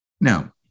Now